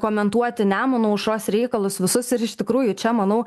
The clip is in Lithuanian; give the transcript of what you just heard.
komentuoti nemuno aušros reikalus visus ir iš tikrųjų čia manau